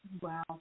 wow